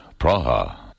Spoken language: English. Praha